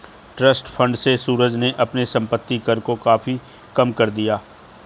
trust fund से सूरज ने अपने संपत्ति कर को काफी कम कर दिया